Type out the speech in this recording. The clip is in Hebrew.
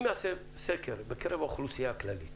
אם נעשה סקר בקרב האוכלוסייה הכללית